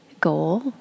goal